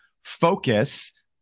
focus